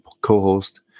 co-host